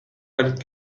and